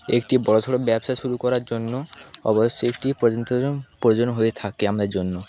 একটি বড়ো সড়ো ব্যবসা শুরু করার জন্য অবশ্যই একটি প্রয়োজন হয়ে থাকে আমাদের জন্য